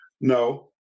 No